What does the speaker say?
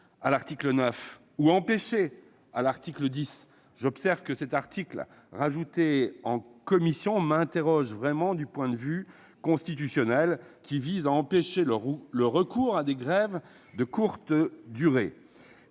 article 9 -ou empêchée- article 10. Au reste, ce dernier article ajouté en commission m'interroge vraiment du point de vue constitutionnel, puisqu'il vise à empêcher le recours à des grèves de courte durée.